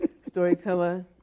Storyteller